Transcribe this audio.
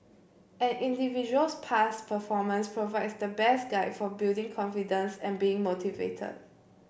an individual's past performance provides the best guide for building confidence and being motivated